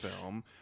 film